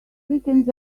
weekends